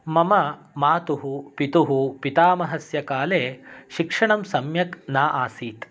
मम मातुः पितुः पितामहस्य काले शिक्षणं सम्यक् न आसीत्